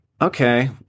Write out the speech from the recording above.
okay